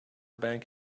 bank